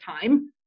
time